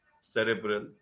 cerebral